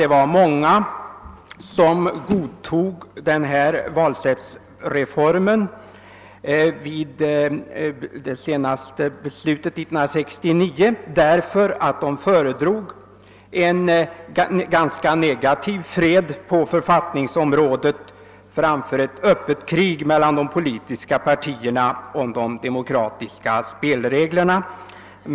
Det var många som godtog den senaste reformen av valsystemet, år 1969, därför att de föredrog ett fredstillstånd av ganska negativ innebörd på författningsområdet framför ett öppet krig mellan de politiska partierna om de demokratiska spelreglerna.